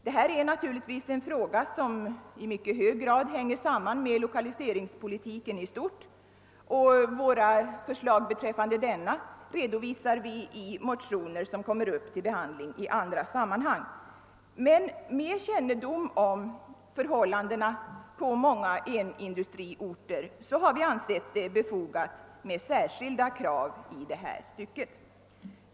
Det här är naturligtvis en fråga som i hög grad hänger samman med lokaliseringspolitiken i stort, och våra förslag beträffande denna redovisar vi i motioner som kommer upp till behandling i andra sammanhang. Men med kännedom om förhållandena på många enindustriorter har vi ansett det befogat med särskilda krav i det här stycket.